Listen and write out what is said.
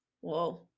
Whoa